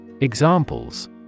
Examples